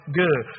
good